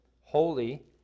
holy